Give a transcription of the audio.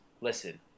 Listen